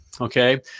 okay